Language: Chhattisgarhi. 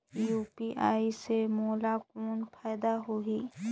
यू.पी.आई से मोला कौन फायदा होही?